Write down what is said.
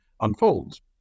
unfolds